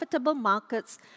markets